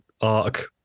arc